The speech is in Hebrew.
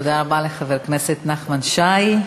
תודה רבה לחבר הכנסת נחמן שי.